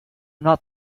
not